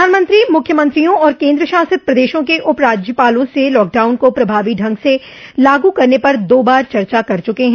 प्रधानमंत्री मुख्यमंत्रियों और केन्द्र शासित प्रदेशों के उप राज्यपाला से लॉकडाउन को प्रभावी ढंग से लागू करने पर दो बार चर्चा कर चुके हैं